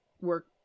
work